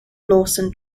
lawson